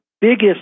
biggest